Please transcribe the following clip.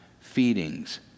feedings